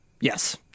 Yes